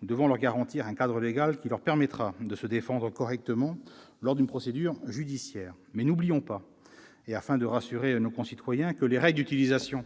Nous devons leur garantir un cadre légal qui leur permettra de se défendre correctement lors d'une procédure judiciaire. Mais n'oublions pas, afin de rassurer nos concitoyens, que les règles d'utilisation